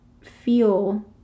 feel